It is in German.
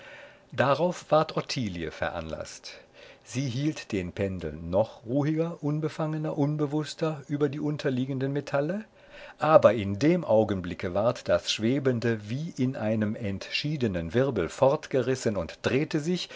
darauf ward ottilie veranlaßt sie hielt den pendel noch ruhiger unbefangener unbewußter über die unterliegenden metalle aber in dem augenblicke ward das schwebende wie in einem entschiedenen wirbel fortgerissen und drehte sich